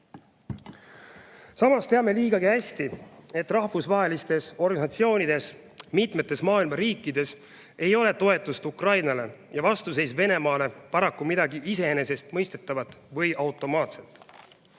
Samas teame liigagi hästi, et rahvusvahelistes organisatsioonides ja mitmetes maailma riikides ei ole toetus Ukrainale ja vastuseis Venemaale paraku midagi iseenesestmõistetavat või automaatset.